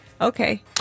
okay